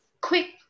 quick